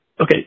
Okay